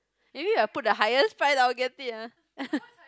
maybe if I put the highest prize I will get it ah